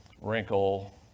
wrinkle